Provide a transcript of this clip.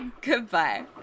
goodbye